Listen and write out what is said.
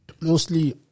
Mostly